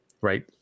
right